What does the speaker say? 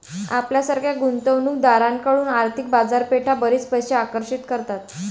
आपल्यासारख्या गुंतवणूक दारांकडून आर्थिक बाजारपेठा बरीच पैसे आकर्षित करतात